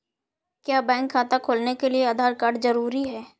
क्या बैंक खाता खोलने के लिए आधार कार्ड जरूरी है?